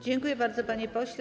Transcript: Dziękuję bardzo, panie pośle.